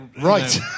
Right